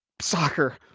Soccer